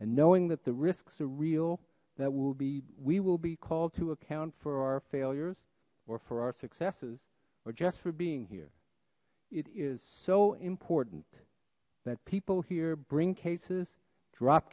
and knowing that the risks are real that will be we will be called to account for our failures or for our successes or just for being here it is so important that people here bring cases drop